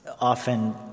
often